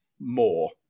more